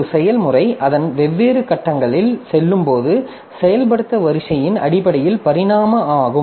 ஒரு செயல்முறை அதன் வெவ்வேறு கட்டங்களில் செல்லும்போது செயல்படுத்த வரிசையின் அடிப்படையில் பரிணாமம் ஆகும்